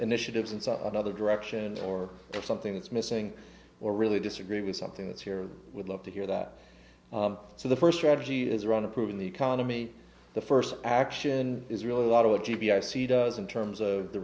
initiatives and saw another direction or something that's missing or really disagree with something that's here would love to hear that so the first tragedy is around approving the economy the first action is really a lot of the g b i see does in terms of the